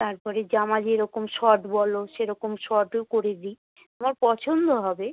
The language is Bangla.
তারপরে জামা যেরকম শর্ট বলো সেরকম শর্টও করে দিই তোমার পছন্দ হবে